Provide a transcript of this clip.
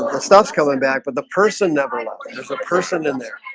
not coming back, but the person never look there's a person in there